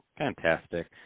Fantastic